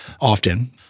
often